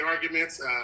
arguments